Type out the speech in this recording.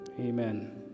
amen